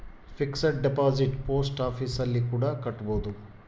fixed deposit post office ಅಲ್ಲಿ ಕೂಡ ಕಟ್ಬೋದು